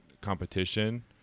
competition